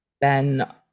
Ben